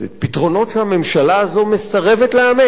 פתרונות שהממשלה הזאת מסרבת לאמץ.